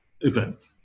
event